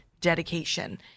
dedication